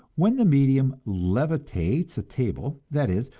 when the medium levitates a table that is,